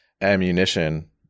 Ammunition